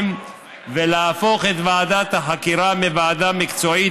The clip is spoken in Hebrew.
ולהפוך את ועדת החקירה מוועדה מקצועית,